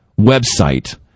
website